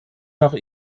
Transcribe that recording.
nach